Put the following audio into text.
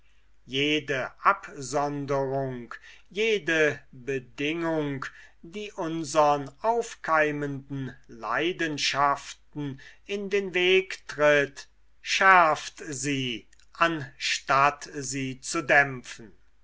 jede absonderung jede bedingung die unsern aufkeimenden leidenschaften in den weg tritt schärft sie anstatt sie zu dämpfen